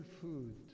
food